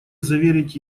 заверить